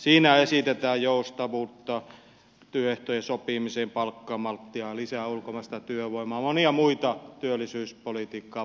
siinä esitetään joustavuutta työehtojen sopimiseen palkkamalttia lisää ulkomaista työvoimaa ja monia muita työllisyyspolitiikkaan vaikuttavia asioita